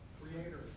Creator